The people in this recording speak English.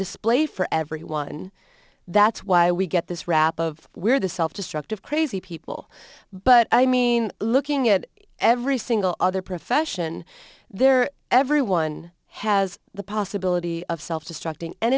display for everyone that's why we get this rap of we're the self destructive crazy people but i mean looking at every single other profession there everyone has the possibility of self destructing and